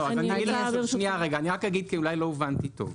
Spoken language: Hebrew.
אני רק אגיד כי אולי לא הובנתי טוב.